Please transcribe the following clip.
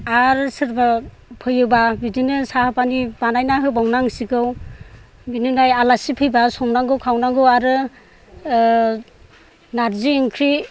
आरो सोरबा फैयोब्ला बिदिनो साहा पानि बानायना होबावनांसिगौ बिनिफ्राय आलासि फैबा संनांगौ खावनांगौ आरो नारजि ओंख्रि